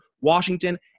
Washington